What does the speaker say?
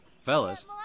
Fellas